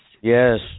Yes